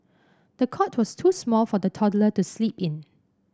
the cot was too small for the toddler to sleep in